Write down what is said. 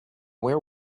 where